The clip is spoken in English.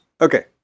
okay